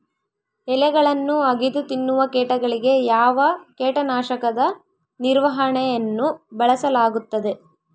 ಎಲೆಗಳನ್ನು ಅಗಿದು ತಿನ್ನುವ ಕೇಟಗಳಿಗೆ ಯಾವ ಕೇಟನಾಶಕದ ನಿರ್ವಹಣೆಯನ್ನು ಬಳಸಲಾಗುತ್ತದೆ?